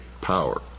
power